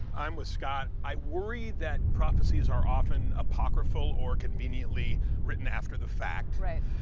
i'm with scott. i worry that prophecies are often apocryphal or conveniently written after the fact. right.